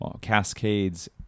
cascades